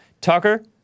Tucker